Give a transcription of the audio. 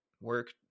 work